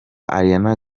ariana